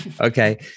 Okay